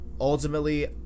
ultimately